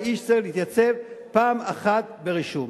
האיש צריך להתייצב פעם אחת ברישום.